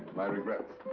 my regrets.